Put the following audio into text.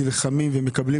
נלחמים ומקבלים